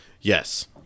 Yes